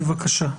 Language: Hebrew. בבקשה.